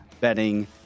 betting